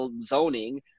zoning